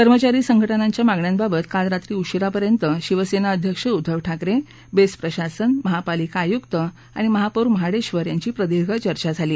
कर्मचारी संघटनांच्या मागण्यांबाबत काल रात्री उशिरापर्यंत शिवसेना अध्यक्ष उद्दव ठाकरे बेस्ट प्रशासन महापालिका आयुक्त आणि महापौर महाडेश्वर यांची प्रदीर्ध चर्चा झाली